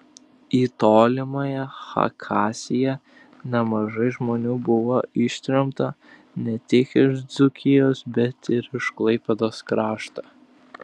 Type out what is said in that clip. į tolimąją chakasiją nemažai žmonių buvo ištremta ne tik iš dzūkijos bet ir iš klaipėdos krašto